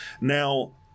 Now